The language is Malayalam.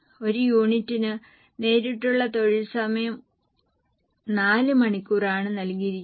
ഒരു യൂണിറ്റിന് നേരിട്ടുള്ള തൊഴിൽ സമയം 4 മണിക്കൂർ ആണ് നൽകിയിരിക്കുന്നത്